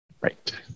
right